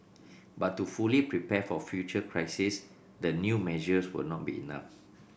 but to fully prepare for future crises the new measures will not be enough